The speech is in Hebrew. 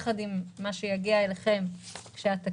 ביחד עם מה שיגיע אליכם עם התקציב,